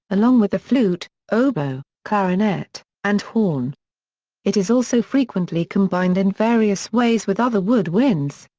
along with the flute, oboe, clarinet, and horn it is also frequently combined in various ways with other woodwinds.